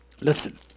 listen